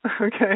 okay